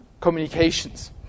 communications